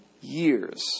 years